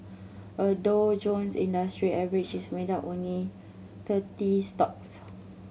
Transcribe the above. a Dow Jones Industrial Average is made up of only thirty stocks